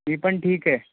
ती पण ठीक आहे